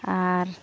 ᱟᱨ